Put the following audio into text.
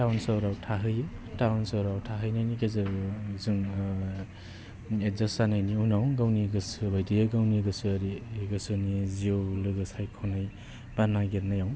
town सहराव थाहैयो town सहराव थाहैनायनि गेजेराव जोंनो एदजास्त जानायनि उनाव गावनि गोसो बायदियै गावनि गोसोआरि गोसोनि जिउ लोगो सायख'नाय बा नागिरनायाव